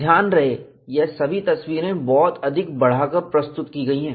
ध्यान रहे यह सभी तस्वीरें बहुत अधिक बढ़ाकर प्रस्तुत की गई हैं